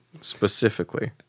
specifically